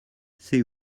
c’est